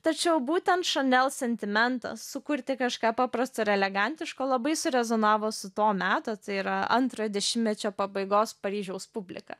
tačiau būtent šanel sentimentas sukurti kažką paprasto ir elegantiško labai surezonavo su to meto tai yra antrojo dešimtmečio pabaigos paryžiaus publika